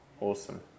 Awesome